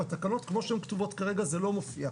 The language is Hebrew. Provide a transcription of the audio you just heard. בתקנות, כפי שהן כתובות כרגע, זה לא מופיע.